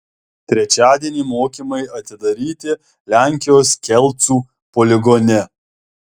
trečiadienį mokymai atidaryti lenkijos kelcų poligone